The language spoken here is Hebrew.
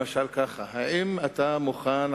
למשל כך: האם אתה מוכן,